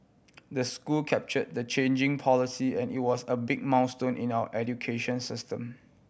the school capture the changing policy and it was a big milestone in our education system